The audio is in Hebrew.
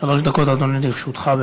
שלוש דקות, אדוני, לרשותך.